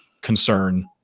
concern